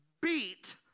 beat